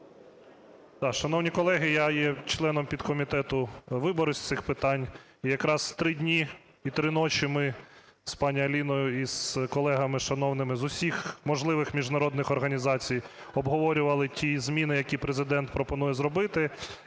Шановні колеги, я є членом підкомітету виборів з цих питань. І якраз 3 дні і 3 ночі ми з пані Аліною і з колегами шановними з усіх можливих міжнародних організацій обговорювали ті зміни, які Президент пропонує зробити.